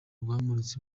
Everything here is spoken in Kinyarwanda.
rwamuritse